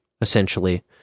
essentially